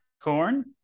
corn